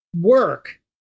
work